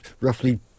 roughly